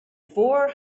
four